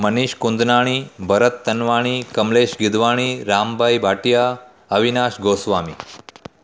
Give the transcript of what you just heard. Manish Kundlani Bharat Tanwani Kamlesh Gidwani Ram Bhai Bhatia Avinash Goswami